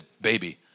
baby